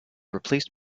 replaced